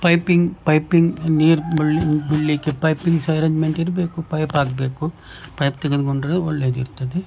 piping piping ನೀರು ಬೀಳಲಿಕ್ಕೆ piping ಸಹ ಅರೇಂಜ್ಮೆಂಟ್ ಇರಬೇಕು ಪೈಪ್ ಆಗಬೇಕು ಪೈಪ್ ತೆಗೆದುಕೊಂಡರೆ ಒಳ್ಳೆಯದಿರ್ತದೆ